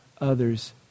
others